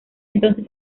entonces